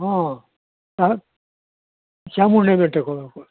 ಹಾಂ ಹಾಂ ಚಾಮುಂಡಿ ಬೆಟ್ಟಕ್ಕೆ ಹೋಗಬೇಕು